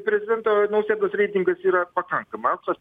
prezidento nausėdos reitingas yra pakankamai aukštas